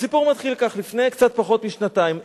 והסיפור מתחיל כך: לפני קצת פחות משנתיים,